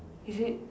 is it